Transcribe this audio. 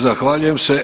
Zahvaljujem se.